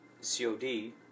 COD